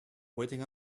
waiting